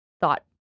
thought